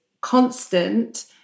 constant